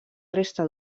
resta